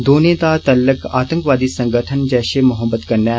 दौने दा तल्लक आतंकवादी संगठन जेषे मोहम्मद कन्नै ऐ